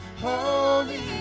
holy